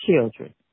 children